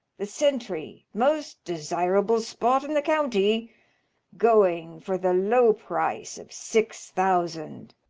the centry most desirable spot in the county going for the low price of six thousand.